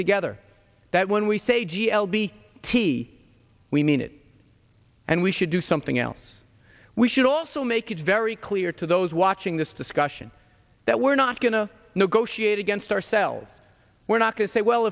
together that when we say g l b t we mean it and we should do something else we should also make it very clear to those watching this discussion that we're not going to negotiate against ourselves we're not to say well